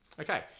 Okay